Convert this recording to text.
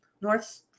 North